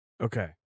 Okay